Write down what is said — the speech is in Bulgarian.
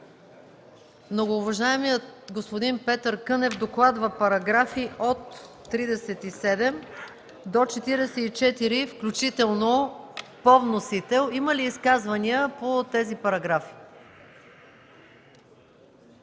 многоуважаемият господин Петър Кънев докладва параграфи от 37 до 44 включително по вносител. Има ли изказвания по тези параграфи?